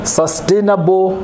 sustainable